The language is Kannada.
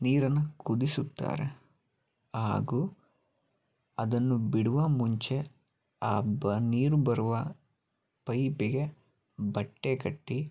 ನೀರನ್ನು ಕುದಿಸುತ್ತಾರೆ ಹಾಗೂ ಅದನ್ನು ಬಿಡುವ ಮುಂಚೆ ಆ ಬ ನೀರು ಬರುವ ಪೈಪಿಗೆ ಬಟ್ಟೆ ಕಟ್ಟಿ